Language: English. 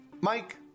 Mike